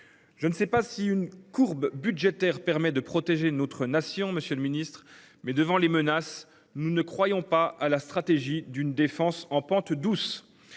Je ne sais pas si une courbe budgétaire permet de protéger notre nation. Monsieur le Ministre, mais devant les menaces. Nous ne croyons pas à la stratégie d'une défense en pente douce.